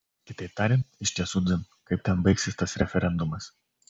kitaip tariant iš tiesų dzin kaip ten baigsis tas referendumas